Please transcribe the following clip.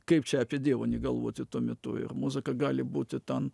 kaip čia apie dievą negalvoti tuo metu ir muzika gali būti tan